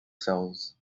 cells